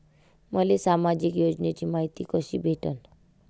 मले सामाजिक योजनेची मायती कशी भेटन?